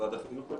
משרד החינוך,